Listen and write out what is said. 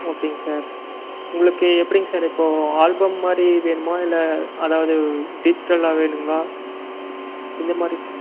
ஓகேங்க சார் உங்களுக்கு எப்படிங் சார் இப்போ ஆல்பம் மாதிரி வேணுமா இல்லை அதாவது டிஜிட்டலாக வேணுங்களா எந்த மாதிரி பா